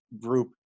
group